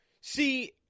See